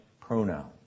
pronoun